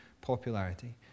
popularity